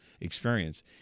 experience